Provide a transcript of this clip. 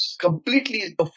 Completely